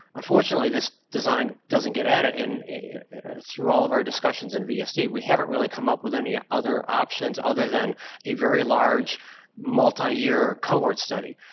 unfortunately this design doesn't get at it, and through all of our discussions in vsd we haven't really come up with any other options other than a very large multiyear cohort study.